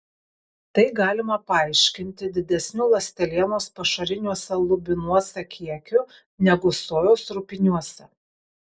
tai galima paaiškinti didesniu ląstelienos pašariniuose lubinuose kiekiu negu sojos rupiniuose